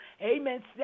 amen